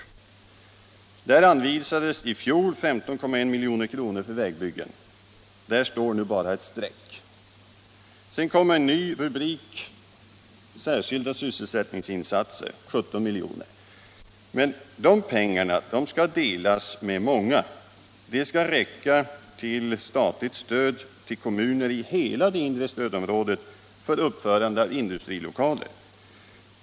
Under denna rubrik anvisades i fjol 15,1 milj.kr. för vägbyggen — där står nu bara ett streck. I stället kom en ny rubrik, Särskilda sysselsättningsinsatser, och för dessa anslogs 17 milj.kr. Men dessa pengar skall delas för att täcka många behov. De skall räcka till statligt stöd till kommuner i hela det inre stödområdet för uppförande av industrilokaler.